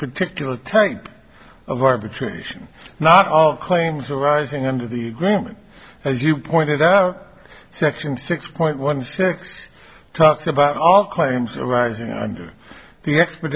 particular type of arbitration not all claims arising under the gruman as you pointed out section six point one six talks about all claims arising under the expert